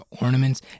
ornaments